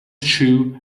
shoe